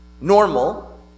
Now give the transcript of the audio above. normal